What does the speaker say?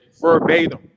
verbatim